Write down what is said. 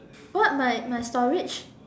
what mine mine storage